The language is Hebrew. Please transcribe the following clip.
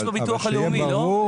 זה יש בביטוח הלאומי, לא?